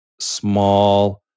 small